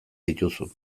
dituzu